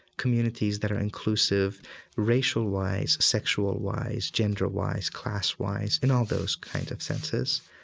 communities that are inclusive racialwise, sexualwise, genderwise, classwise, and all those kinds of senses.